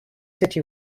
city